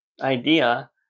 idea